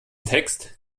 text